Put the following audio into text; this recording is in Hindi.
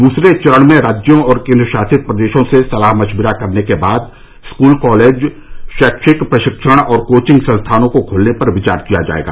दूसरे चरण में राज्यों और केंद्र शासित प्रदेशों से सलाह मशविरा करने के बाद स्कूल कॉलेज शैक्षिक प्रशिक्षण और कोचिंग संस्थानों को खोलने पर विचार किया जाएगा